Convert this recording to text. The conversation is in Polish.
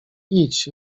idź